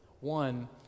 One